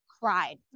cried